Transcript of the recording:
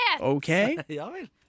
Okay